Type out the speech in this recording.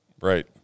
Right